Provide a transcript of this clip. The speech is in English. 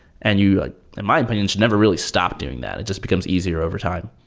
and you, in my opinion, should never really stop doing that. it just becomes easier over time.